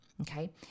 okay